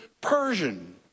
Persian